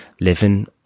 living